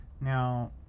now